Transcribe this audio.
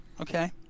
okay